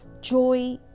Joy